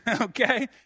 okay